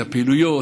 את הפעילויות,